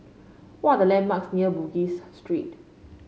what are the landmarks near Bugis Street